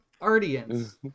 audience